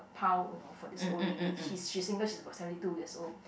pau you know for this old lady she's she's single she's about seventy two years old